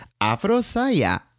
AfroSaya